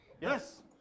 Yes